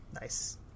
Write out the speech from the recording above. Nice